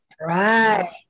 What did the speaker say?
Right